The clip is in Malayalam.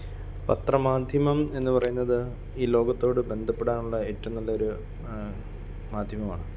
പത്രമാധ്യമം എന്ന് പറയുന്നത് ഈ ലോകത്തോട് ബന്ധപ്പെടാനുള്ള ഏറ്റവും നല്ലൊരു മാധ്യമമാണ്